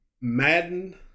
Madden